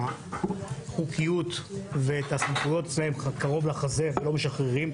החוקיות ואת הסמכויות אצלה קרוב לחזה ולא משחררת,